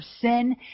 sin